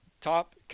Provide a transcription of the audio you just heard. top